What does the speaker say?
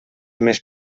més